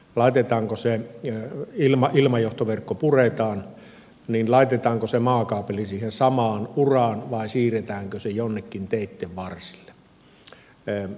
laitetaanko sen ja ilma ilmajohtoverkko puretaan se maakaapeli laitetaan siihen samaan uraan vai siirretäänkö se jonnekin teitten varsille